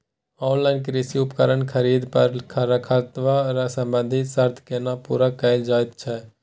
Online कृषि उपकरण खरीद पर रखरखाव संबंधी सर्त केना पूरा कैल जायत छै?